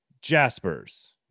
Jaspers